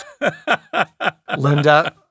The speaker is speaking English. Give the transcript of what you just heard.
Linda